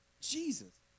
Jesus